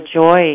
joy